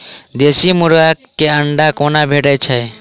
देसी मुर्गी केँ अंडा कोना भेटय छै?